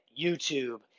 YouTube